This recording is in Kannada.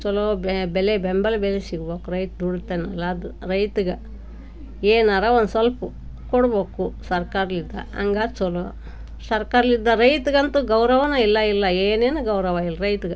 ಛಲೋ ಬೆಲೆ ಬೆಂಬಲ ಬೆಲೆ ಸಿಗ್ಬೇಕು ರೈತ ದುಡಿತಾನಲ್ಲ ಅದು ರೈತನಿಗೆ ಏನಾದ್ರು ಒಂದು ಸ್ವಲ್ಪ ಕೊಡ್ಬೇಕು ಸರ್ಕಾರ್ದಿಂದ ಹಂಗಾರ್ ಛಲೋ ಸರ್ಕಾರ್ದಿಂದ ರೈತಗಂತೂ ಗೌರವನೇ ಇಲ್ಲ ಇಲ್ಲ ಏನೇನು ಗೌರವ ಇಲ್ಲ ರೈತನಿಗೆ